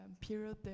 period